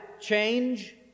change